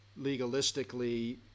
legalistically